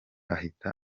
ahita